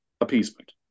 appeasement